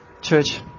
Church